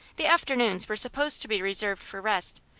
the afternoons were supposed to be reserved for rest,